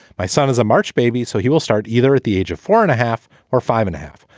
my son is a march baby, so he will start either at the age of four and a half or five and a half.